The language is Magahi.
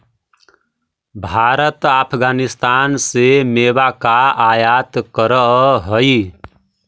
भारत अफगानिस्तान से मेवा का आयात करअ हई